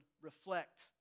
reflect